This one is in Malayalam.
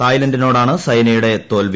തായ്ലന്റിനോടാണ് സൈനയുടെ തോൽവി